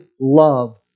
love